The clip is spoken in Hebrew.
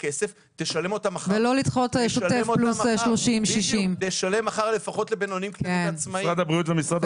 --- ולא לדחות לשוטף פלוס 60 --- במשרד הביטחון ובמשרד